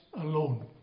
alone